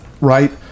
right